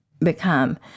become